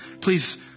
Please